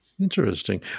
Interesting